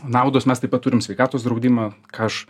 naudos mes taip pat turim sveikatos draudimą ką aš